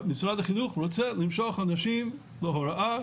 משרד החינוך רוצה למשוך אנשים להוראה,